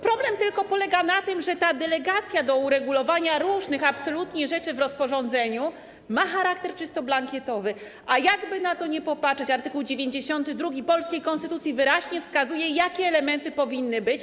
Problem polega na tym, że ta delegacja do uregulowania różnych absolutnie rzeczy w rozporządzeniu ma charakter czysto blankietowy, a jakkolwiek by na to popatrzeć, art. 92 polskiej konstytucji wyraźnie wskazuje, jakie elementy powinny być.